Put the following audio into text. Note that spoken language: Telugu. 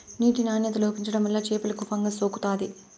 నీటి నాణ్యత లోపించడం వల్ల చేపలకు ఫంగస్ సోకుతాది